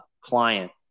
client